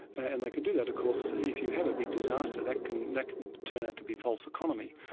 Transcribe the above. and they can do that. of course if you have a big disaster, that can that can turn out to be false economy,